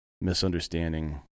misunderstanding